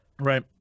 Right